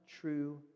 true